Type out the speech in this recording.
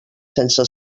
sense